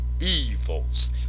evils